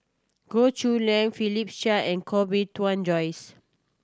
Goh Chiew Lye Philip Chia and Koh Bee Tuan Joyce